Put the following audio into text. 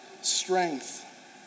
strength